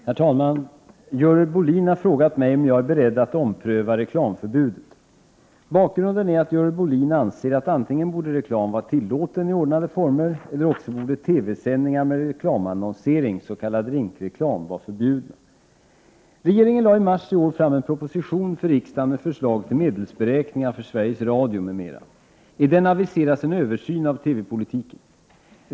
Herr talman! Görel Bohlin har frågat mig om jag är beredd att ompröva reklamförbudet. Bakgrunden är att Görel Bohlin anser att antingen borde reklam vara tillåtet — i ordnade former - eller också borde TV-sändningar med reklamannonsering, s.k. rinkreklam, vara förbjudna. Regeringen lade i mars i år fram en proposition för riksdagen med förslag till medelsberäkningar för Sveriges Radio m.m. I den aviseras en översyn av TV-politiken.